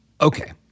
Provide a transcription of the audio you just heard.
Okay